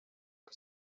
che